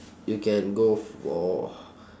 you can go for